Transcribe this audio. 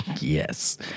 Yes